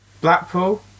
blackpool